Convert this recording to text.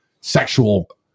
sexual